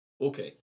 okay